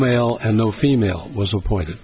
male and no female was appointed